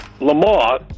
Lamar